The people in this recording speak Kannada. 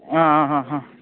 ಹಾಂ ಹಾಂ ಹಾಂ ಹಾಂ